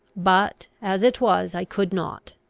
but, as it was, i could not.